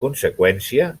conseqüència